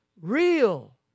real